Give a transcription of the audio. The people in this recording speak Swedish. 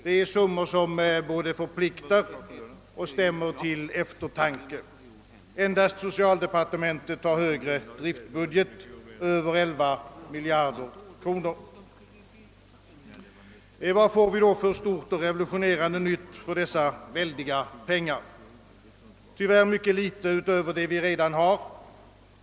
Det är summor som både förpliktar och stämmer till eftertanke. Endast socialdepartementet har en högre driftbudget — över 11 miljarder kronor. Vad får vi då för stort och revolutionerande nytt för dessa väldiga summor? Tyvärr mycket litet utöver det vi redan har.